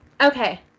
Okay